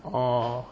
orh